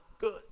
good